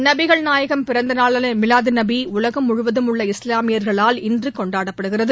நபிகள் நாயகம் பிறந்த நாளான மிலாது நபி உலகம் முழுவதும் உள்ள இஸ்லாமியர்களால் இன்று கொண்டாடப்படுகிறது